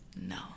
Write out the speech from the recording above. no